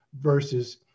versus